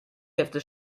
hefte